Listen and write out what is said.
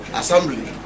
assembly